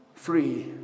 Free